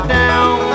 down